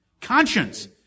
Conscience